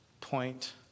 point